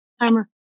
timer